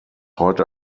heute